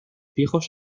viejos